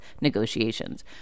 negotiations